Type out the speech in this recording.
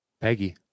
Peggy